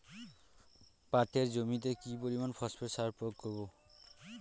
পাটের জমিতে কি পরিমান ফসফেট সার প্রয়োগ করব?